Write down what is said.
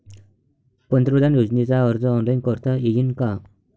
पंतप्रधान योजनेचा अर्ज ऑनलाईन करता येईन का?